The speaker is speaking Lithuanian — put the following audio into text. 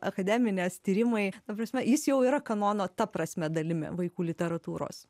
akademinės tyrimai ta prasme jis jau yra kanono ta prasme dalimi vaikų literatūros